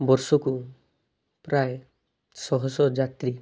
ବର୍ଷକୁ ପ୍ରାୟ ଶହ ଶହ ଯାତ୍ରୀ